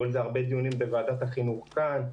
היו על זה רבה דיונים בוועדת החינוך כאן.